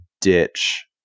ditch